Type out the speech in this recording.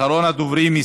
אחרון הדוברים.